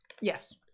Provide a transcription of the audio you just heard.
Yes